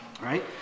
right